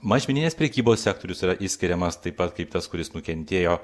mažmeninės prekybos sektorius yra išskiriamas taip pat kaip tas kuris nukentėjo